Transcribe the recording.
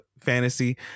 fantasy